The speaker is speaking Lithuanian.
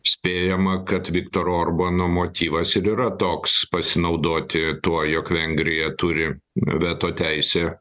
spėjama kad viktoro orbano motyvas ir yra toks pasinaudoti tuo jog vengrija turi veto teisę